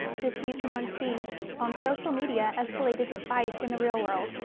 disputes among teens on social media escalated to fights in the real world.